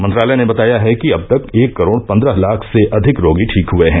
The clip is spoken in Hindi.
मंत्रालय ने बताया है कि अब तक एक करोड पन्द्रह लाख सेअधिक रोगी ठीक हुए है